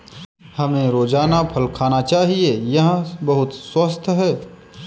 हमें रोजाना फल खाना चाहिए, यह बहुत स्वस्थ है